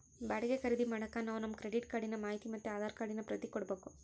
ಬಾಡಿಗೆ ಖರೀದಿ ಮಾಡಾಕ ನಾವು ನಮ್ ಕ್ರೆಡಿಟ್ ಕಾರ್ಡಿನ ಮಾಹಿತಿ ಮತ್ತೆ ಆಧಾರ್ ಕಾರ್ಡಿನ ಪ್ರತಿ ಕೊಡ್ಬಕು